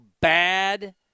bad